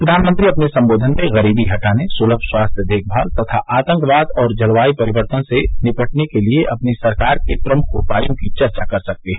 प्रधानमंत्री अपने संबोधन में गरीबी हटाने सुलभ स्वास्थ्य देखभाल तथा आतंकवाद और जलवायु परिवर्तन से निपटने के लिए अपनी सरकार के प्रमुख उपायों की चर्चा कर सकते हैं